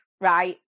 right